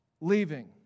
leaving